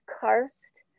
karst